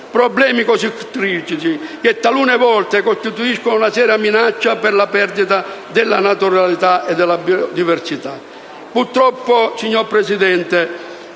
problemi così critici che, talune volte, costituiscono una seria minaccia per la perdita delle naturalità e delle biodiversità. Purtroppo, signora Presidente,